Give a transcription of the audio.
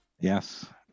Yes